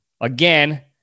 again